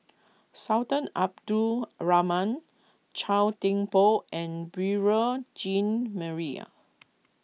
Sultan Abdul Rahman Chua Thian Poh and Beurel Jean Maria